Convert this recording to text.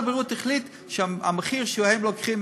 משרד הבריאות החליט שהמחיר שהם לוקחים,